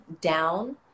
down